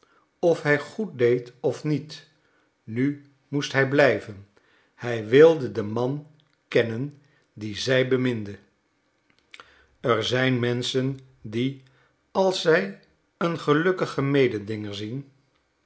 of hij goed deed of niet nu moest hij blijven hij wilde den man kennen dien zij beminde er zijn menschen die als zij een gelukkigen mededinger zien